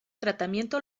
tratamiento